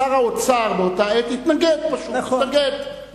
שר האוצר באותה העת התנגד, פשוט התנגד.